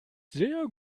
sehr